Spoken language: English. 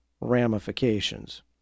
ramifications